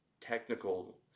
technical